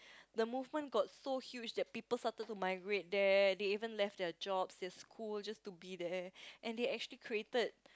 the movement got so huge that people started to migrate there they even left their jobs their school just to be there and they actually created